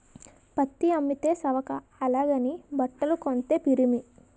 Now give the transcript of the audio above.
పత్తి అమ్మితే సవక అలాగని బట్టలు కొంతే పిరిమి